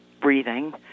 breathing